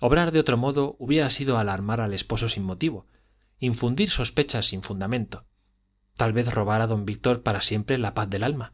obrar de otro modo hubiera sido alarmar al esposo sin motivo infundir sospechas sin fundamento tal vez robar a don víctor para siempre la paz del alma